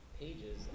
pages